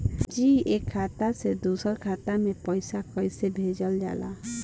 जी एक खाता से दूसर खाता में पैसा कइसे भेजल जाला?